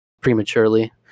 prematurely